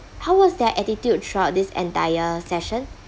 how was their attitude throughout this entire session